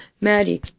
Maddie